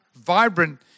vibrant